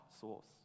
source